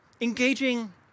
engaging